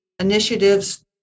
initiatives